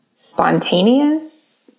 spontaneous